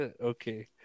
okay